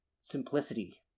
simplicity